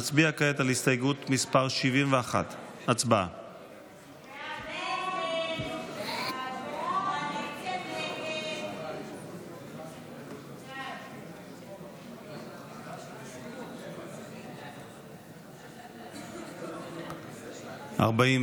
נצביע כעת על הסתייגות מס' 71. הצבעה.